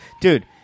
Dude